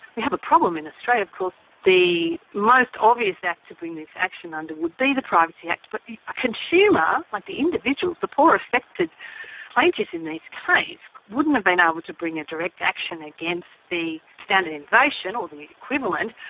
we have a problem in australia of course, the most obvious act to bring this action under would be the privacy act, but the consumer, like the individuals, the poorer effected plaintiffs in this case wouldn't have been able to bring a direct action against standard innovation or the equivalent,